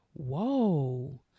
whoa